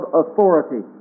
authority